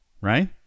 right